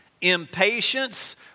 impatience